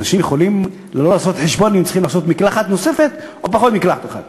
שאנשים יכולים לא לעשות חשבון אם לעשות מקלחת נוספת או פחות מקלחת אחת.